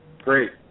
Great